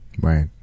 Right